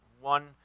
one